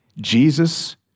Jesus